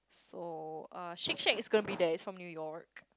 so uh Shake Shack is gonna be there it's from New York